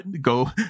go